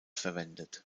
verwendet